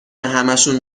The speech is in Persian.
همهشون